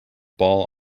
ball